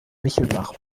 michelbach